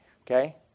okay